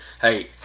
Hey